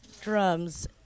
drums